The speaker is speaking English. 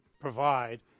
provide